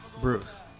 Bruce